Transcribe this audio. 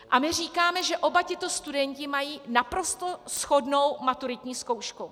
A my říkáme, že oba tito studenti mají naprosto shodnou maturitní zkoušku.